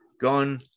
gone